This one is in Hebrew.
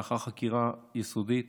לאחר חקירה יסודית